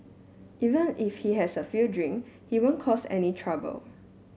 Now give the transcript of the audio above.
even if he has a few drink he won't cause any trouble